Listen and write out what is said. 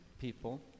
people